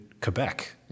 Quebec